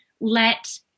let